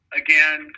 again